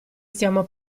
stiamo